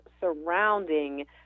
surrounding